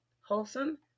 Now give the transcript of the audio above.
wholesome